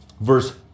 Verse